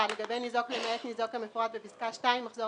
(1)לגבי ניזוק למעט ניזוק כמפורט בפסקה (2) מחזור